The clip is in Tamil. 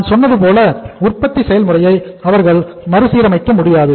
நான் சொன்னது போல உற்பத்தி செயல்முறையை அவர்கள் மறுசீரமைக்க முடியாது